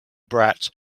brat